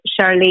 Charlene